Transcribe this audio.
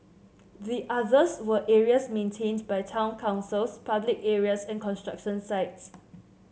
the others were areas maintained by town councils public areas and construction sites